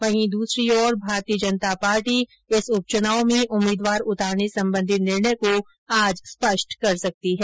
वहीं दूसरी ओर भारतीय जनता पार्टी इस उप चुनाव में उम्मीदवार उतारने संबंधी निर्णय को आज स्पष्ट कर सकती है